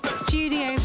studio